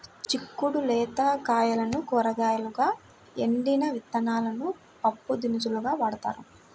చిక్కుడు లేత కాయలను కూరగాయలుగా, ఎండిన విత్తనాలను పప్పుదినుసులుగా వాడతారు